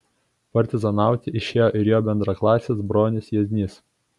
partizanauti išėjo ir jo bendraklasis bronius jieznys